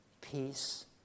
peace